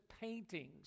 paintings